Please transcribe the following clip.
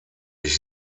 ich